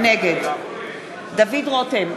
נגד דוד רותם,